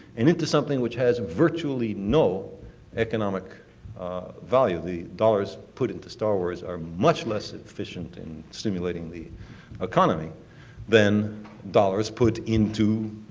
and into something that has virtually no economic value. the dollars put into star wars are much less efficient in stimulating the economy than dollars put into